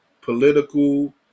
political